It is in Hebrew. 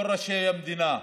כל ראשי המדינה,